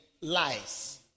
lies